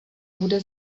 bude